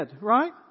Right